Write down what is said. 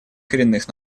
коренных